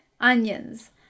Onions